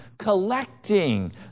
collecting